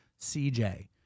CJ